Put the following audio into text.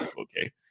okay